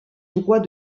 droit